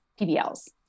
PBLs